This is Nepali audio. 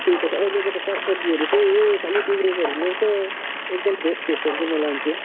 त्यही त अहिलेको त साग सब्जीहरू त्यही हो खालि बिग्रेकोहरू ल्याउँछ एकदम फ्रेस फ्रेसहरू चाहिँ म लान्छु